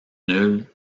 nul